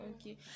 Okay